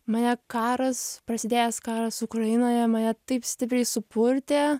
mane karas prasidėjęs karas ukrainoje mane taip stipriai supurtė